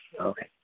Okay